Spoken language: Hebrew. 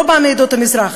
לא באה מעדות המזרח,